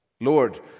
Lord